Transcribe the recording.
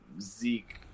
Zeke